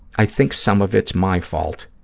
i think some of it's my fault.